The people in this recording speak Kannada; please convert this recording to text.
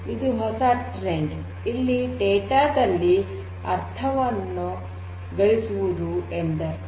ಇದು ಒಂದು ಹೊಸ ಟ್ರೆಂಡ್ ಇಲ್ಲಿ ಡೇಟಾದ ಅರ್ಥವನ್ನು ಗಳಿಸುವುದು ಎಂದರ್ಥ